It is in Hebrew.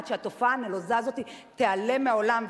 עד שהתופעה הנלוזה הזאת תיעלם מהעולם,